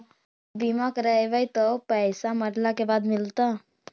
बिमा करैबैय त पैसा मरला के बाद मिलता?